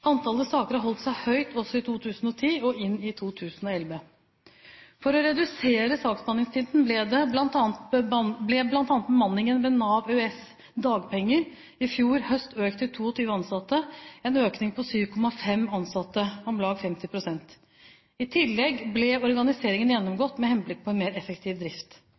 Antallet saker har holdt seg høyt også i 2010 og inn i 2011. For å redusere saksbehandlingstiden ble bl.a. bemanningen ved Nav EØS Dagpenger i fjor høst økt til 22 ansatte, en økning på 7,5 ansatte, om lag 50 pst. I tillegg ble organiseringen gjennomgått med henblikk på mer effektiv drift.